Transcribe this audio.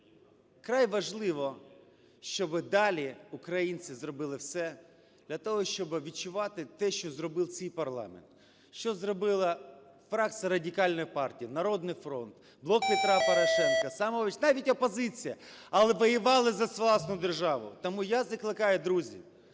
вкрай важливо, щоби далі українці зробили все для того, щоби відчувати те, що зробив цей парламент, що зробила фракція Радикальної партії, "Народний фронт", "Блок Петра Порошенка", "Самопоміч", навіть опозиція, але воювали за власну державу. Тому я закликаю, друзі,